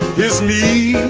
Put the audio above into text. his name